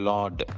Lord